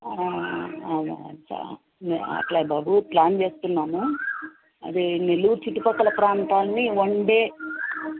అట్ల బాబు ప్లాన్ చేస్తున్నాము అదే నెల్లూరు చుట్టుపక్కల ప్రాంతాలని వన్ డే